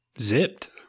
zipped